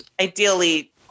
ideally